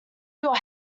your